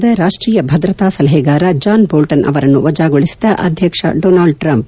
ಅಮೆರಿಕಾದ ರಾಷ್ಟೀಯ ಭದ್ರತಾ ಸಲಹೆಗಾರ ಜಾನ್ ಬೋಲ್ಸನ್ ಅವರನ್ನು ವಜಾಗೊಳಿಸಿದ ಅಧ್ಯಕ್ಷ ಡೊನಾಲ್ಸ್ ಟ್ರಂಪ್